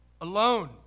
alone